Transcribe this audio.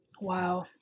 Wow